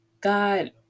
God